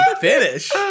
finish